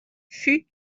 fut